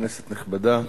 כנסת נכבדה,